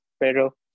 Pero